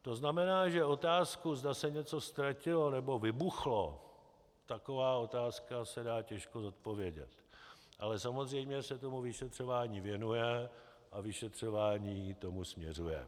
To znamená, že otázka, zda se něco ztratilo nebo vybuchlo, taková otázka se dá těžko zodpovědět, ale samozřejmě se tomu vyšetřování věnuje a vyšetřování k tomu směřuje.